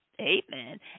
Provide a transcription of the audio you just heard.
Amen